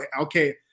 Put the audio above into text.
okay